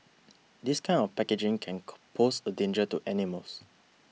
this kind of packaging can call pose a danger to animals